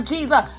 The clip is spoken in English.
Jesus